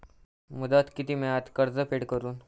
मुदत किती मेळता कर्ज फेड करून?